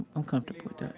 i'm comfortable but